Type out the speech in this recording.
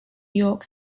york